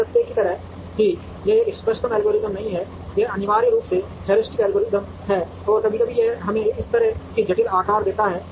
इस तथ्य की तरह कि यह एक इष्टतम एल्गोरिथ्म नहीं है यह अनिवार्य रूप से एक हेयोरिस्टिक एल्गोरिदम है और कभी कभी यह हमें इस तरह के जटिल आकार देता है